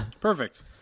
Perfect